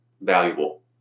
valuable